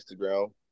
instagram